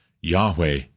Yahweh